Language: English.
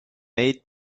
made